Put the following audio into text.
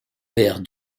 père